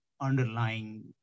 underlying